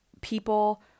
people